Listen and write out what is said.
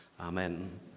Amen